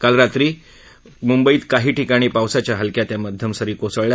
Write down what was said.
काल रात्री काही ठिकाणी पावसाच्या हलक्या ते मध्यम सरी कोसळल्या